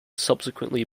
subsequently